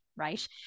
right